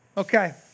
Okay